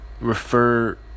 refer